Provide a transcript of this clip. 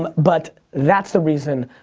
um but that's the reason.